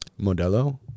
Modelo